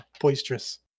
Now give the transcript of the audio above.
boisterous